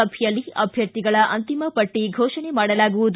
ಸಭೆಯಲ್ಲಿ ಅಭ್ಯರ್ಥಿಗಳ ಅಂತಿಮ ಪಟ್ಟ ಫೋಷಣೆ ಮಾಡಲಾಗುವುದು